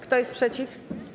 Kto jest przeciw?